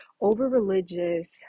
over-religious